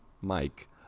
Mike